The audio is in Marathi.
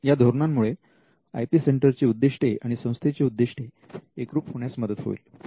या धोरणामुळे आय पी सेंटर ची उद्दिष्टे आणि संस्थेची उद्दिष्टे एकरूप होण्यास मदत होईल